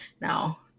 Now